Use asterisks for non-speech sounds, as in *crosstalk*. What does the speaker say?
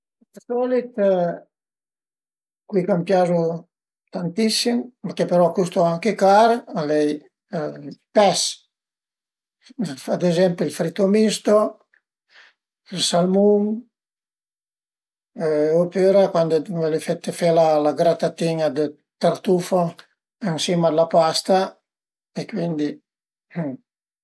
D'solit cui ch'am piazu tantissim e che però a custu anche car al e ël pes, ad ezempi ël fritto misto, ël salmun opüra cuand völe fete fe la gratatin-a de tartufo ën sima a la pasta e cuindi *noise*